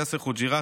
יאסר חוג'יראת,